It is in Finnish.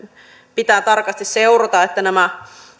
pitää tarkasti seurata että nämä